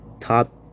top